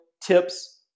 tips